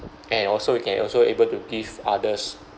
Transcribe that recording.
and also we can also able to give others